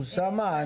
אוסאמה,